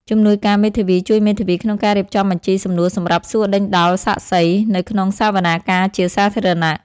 ជំនួយការមេធាវីជួយមេធាវីក្នុងការរៀបចំបញ្ជីសំណួរសម្រាប់សួរដេញដោលសាក្សី នៅក្នុងសវនាការជាសាធារណៈ។